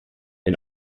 and